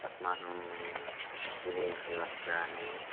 अस्माकं विदेशीयवस्त्राणि